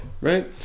right